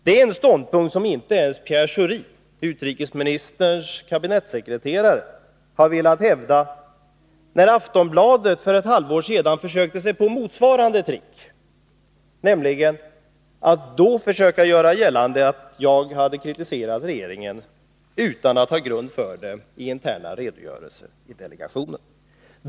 Det är en ståndpunkt som inte ens Pierre Schori, utrikesministerns kabinettssekreterare, ville hävda när Aftonbladet för ett halvår sedan försökte sig på motsvarande trick, nämligen att göra gällande att jag offentligt hade kritiserat regeringen utan att ha grund för det i interna krav i delegationen.